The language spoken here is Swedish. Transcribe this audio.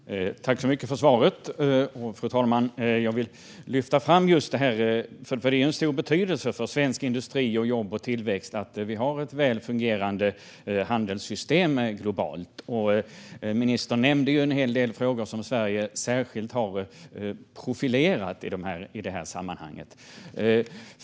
Fru talman! Tack så mycket för svaret, utrikeshandelsministern! Jag vill lyfta fram detta, för det har stor betydelse för svensk industri och för jobb och tillväxt att vi har ett väl fungerande handelssystem globalt. Ministern nämnde en hel del frågor där Sverige särskilt har profilerat sig i detta sammanhang.